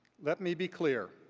let me be clear.